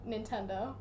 Nintendo